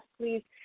please